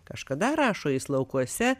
kažkada rašo jis laukuose